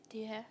do you have